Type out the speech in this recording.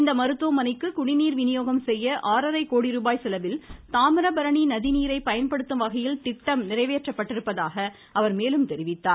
இம்மருத்துவமனைக்கு குடிநீர் விநியோகம் செய்ய ஆறரை கோடி ருபாய் செலவில் தாமிரபரணி நதிநீரை பயன்படுத்தும்வகையில் திட்டம் நிறைவேற்றப்பட்டிருப்பதாக அவர் மேலும் தெரிவித்தார்